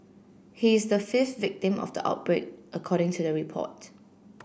he is the fifth victim of the outbreak according to the report